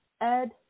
Ed